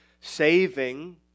saving